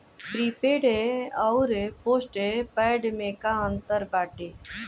Prepaid अउर postpaid में का अंतर बाटे?